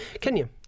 kenya